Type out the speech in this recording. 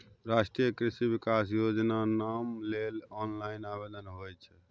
राष्ट्रीय कृषि विकास योजनाम लेल ऑनलाइन आवेदन होए छै